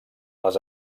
les